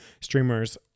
streamers